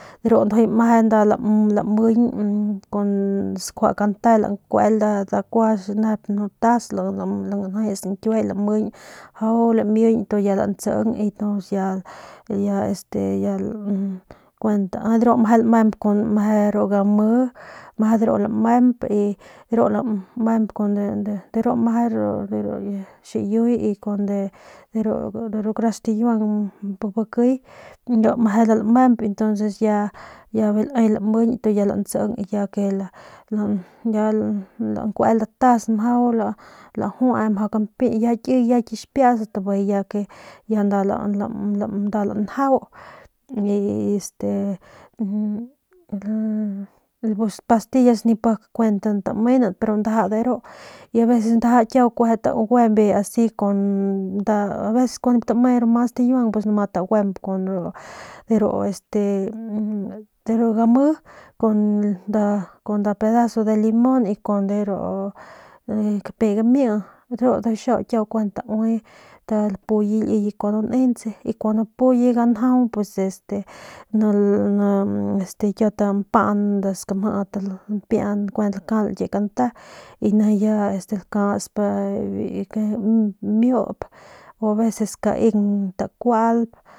De ru meje nda lamemp lamiñ kun skjua kante nda kua nda taz lanjes ñkiue lamiñ mjau lamiñ tu ya lantsing y ya este ya kuent aa ru meje lamemp de ru gami meje ru lamemp de ru lamemp de ru meje ru xiyuy de ru kara stikiuang bakiy de ru lamemp tonces ya bijiy lae lamiñ ya lantsing ya lankuel nda taz mjau lajue ya kixpiats ya bijiy ya lanjau y este a pus pastillas nip pak kuent tamenan pero ndaja deru y aveses ndaja kiau kjuende si kun mas taguemp ru este ru gami kun nda pedazo de limon y kun de ru kapiay gami ru ndujuy xiau kiau kuent taui lapuye liye kun nentse y kunpuye ganjau pus no no este kiau tampan kun skamjit pian lakal nkie kante y nijiy ya este lakasp kamiup o veces kaeng tkualp.